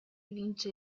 vince